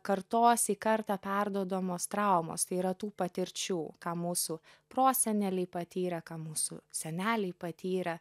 kartos į kartą perduodamos traumos tai yra tų patirčių ką mūsų proseneliai patyrę ką mūsų seneliai patyrę